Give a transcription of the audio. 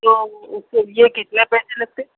تو اس کے لیے کتنے پیسے لگتے